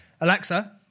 Alexa